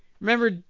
Remember